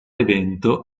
evento